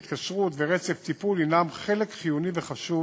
התקשרות ורצף טיפול הם חלק חיוני וחשוב